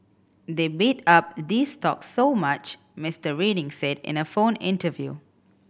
they bid up these stocks so much Mister Reading said in a phone interview